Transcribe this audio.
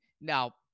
now